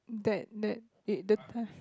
that that it the